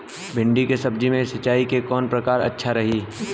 भिंडी के सब्जी मे सिचाई के कौन प्रकार अच्छा रही?